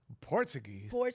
Portuguese